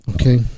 Okay